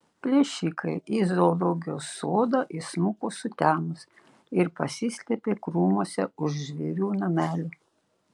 plėšikai į zoologijos sodą įsmuko sutemus ir pasislėpė krūmuose už žvėrių namelių